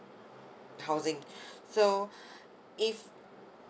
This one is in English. housing so if